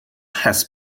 has